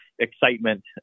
excitement